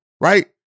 right